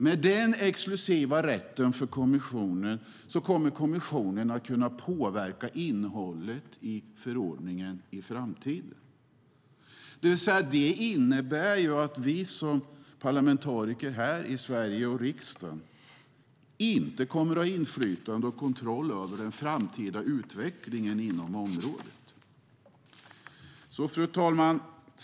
Med den exklusiva rätten för kommissionen kommer den att kunna påverka innehållet i förordningen i framtiden. Det innebär att vi som parlamentariker här i Sveriges riksdag inte kommer att ha inflytande och kontroll över den framtida utvecklingen inom området. Fru talman!